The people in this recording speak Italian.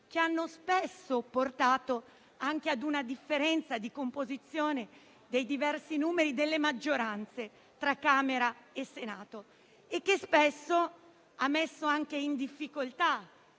che hanno spesso portato a una differenza di composizione numerica delle maggioranze tra Camera e Senato, che spesso ha messo in difficoltà